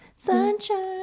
sunshine